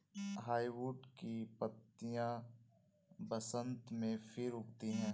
hardwood की पत्तियां बसन्त में फिर उगती हैं